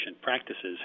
Practices